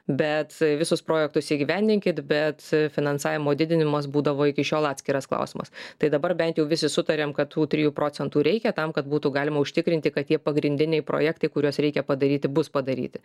bet visus projektus įgyvendinkit bet finansavimo didinimas būdavo iki šiol atskiras klausimas tai dabar bent jau visi sutariam kad tų trijų procentų reikia tam kad būtų galima užtikrinti kad tie pagrindiniai projektai kuriuos reikia padaryti bus padaryti